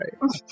right